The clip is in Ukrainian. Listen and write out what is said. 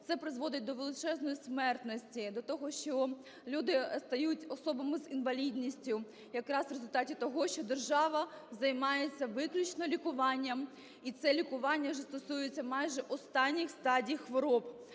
це призводить до величезної смертності, до того, що люди стають особами з інвалідністю якраз в результаті того, що держава займається виключно лікуванням і це лікування вже стосується майже останніх стадій хвороб.